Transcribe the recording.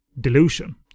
delusion